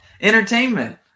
Entertainment